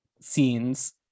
scenes